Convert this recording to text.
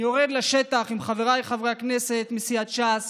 אני יורד לשטח עם חבריי חברי הכנסת מסיעת ש"ס